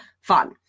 fun